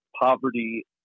poverty